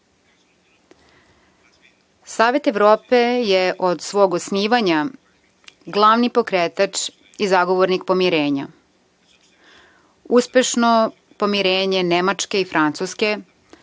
Savet Evrope je od svog osnivanja glavni pokretač i zagovornik pomirenja. Uspešno pomirenje Nemačke i Francuske